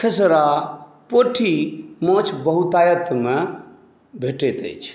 खेसरा पोठी माछ बहुतायतमे भेटैत अछि